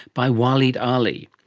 by waleed ah aly.